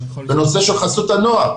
בנושא של חסות הנוער,